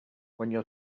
when